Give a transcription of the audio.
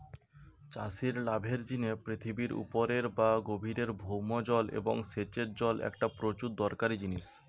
চাষির লাভের জিনে পৃথিবীর উপরের বা গভীরের ভৌম জল এবং সেচের জল একটা প্রচুর দরকারি জিনিস